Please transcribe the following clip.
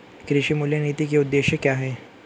कृषि मूल्य नीति के उद्देश्य क्या है?